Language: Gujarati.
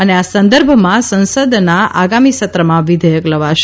અને આ સંદર્ભમાં સંસદના આગામી સત્રમાં વિધેયક લવાશે